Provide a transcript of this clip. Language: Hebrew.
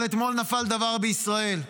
אבל אתמול נפל דבר בישראל.